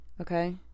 Okay